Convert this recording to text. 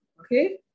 Okay